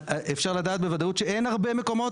אפשר לדעת בוודאות שאין הרבה מקומות